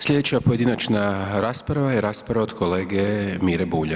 Sljedeća pojedinačna rasprava je rasprava od kolege Mire Bulja.